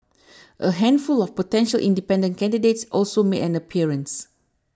a handful of potential independent candidates also made an appearance